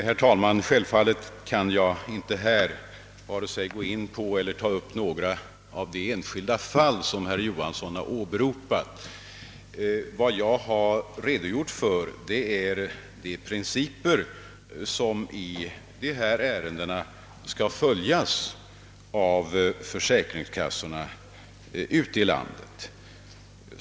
Herr talman! Självfallet kan jag inte här vare sig gå in på eller ta upp några av de enskilda fall som herr Johanson 1 Västervik har åberopat. Vad jag har redogjort för är de principer som i dessa ärenden skall följas av försäkringskassorna ute i landet.